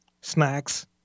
snacks